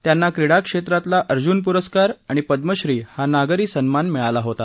त्यांना क्रीडा क्षेत्रातला अर्जुन पुरस्कार आणि पद्मश्री हा नागरी सन्मान मिळाला होता